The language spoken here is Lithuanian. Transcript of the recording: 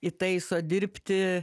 įtaiso dirbti